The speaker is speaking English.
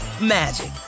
magic